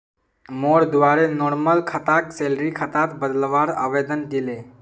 मोर द्वारे नॉर्मल खाताक सैलरी खातात बदलवार आवेदन दिले